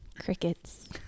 Crickets